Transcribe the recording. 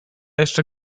jeszcze